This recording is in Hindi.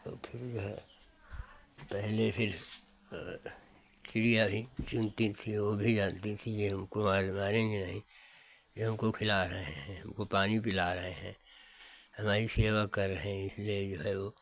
और फिर जो है पहले चिड़िया ही चुनती थी औ वो भी जानती थी कि ये हमको आज मारेंगे नहीं वो हमको खिला रहे हैं हमको पानी पिला रहे हैं हमारी सेवा कर रहे हैं इसलिए इन्हें ओ